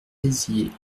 béziers